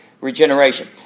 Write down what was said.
regeneration